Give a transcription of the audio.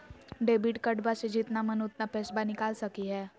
Debit कार्डबा से जितना मन उतना पेसबा निकाल सकी हय?